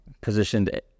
positioned